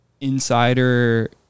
insider